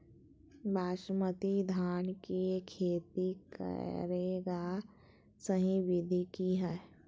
बासमती धान के खेती करेगा सही विधि की हय?